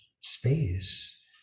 space